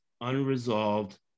unresolved